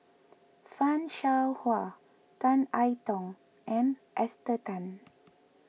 Fan Shao Hua Tan I Tong and Esther Tan